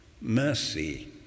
Mercy